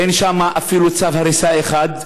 ואין שם אפילו צו הריסה אחד.